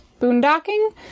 boondocking